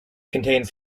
contains